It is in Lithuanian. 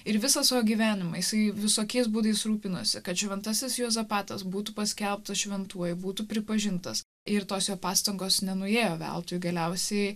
ir visą savo gyvenimą jisai visokiais būdais rūpinosi kad šventasis juozapatas būtų paskelbtas šventuoju būtų pripažintas ir tos jo pastangos nenuėjo veltui galiausiai